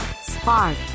Spark